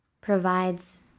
provides